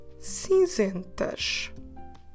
cinzentas